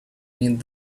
need